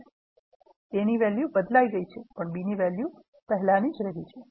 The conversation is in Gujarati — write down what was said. A ની વેલ્યુ બદલાઈ ગઈ છે પરંતુ b ની વેલ્યુ નહીં